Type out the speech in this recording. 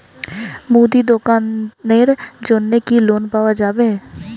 মুদি দোকানের জন্যে কি লোন পাওয়া যাবে?